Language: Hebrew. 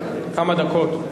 כמה דקות.